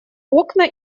окна